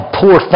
poor